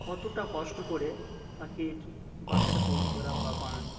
কতটা কষ্ট করে পাখির বাসাটা তৈরি করা বা বানানো